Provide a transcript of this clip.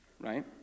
right